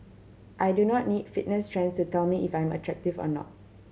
I do not need fitness trends to tell me if I am attractive or not